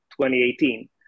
2018